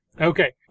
Okay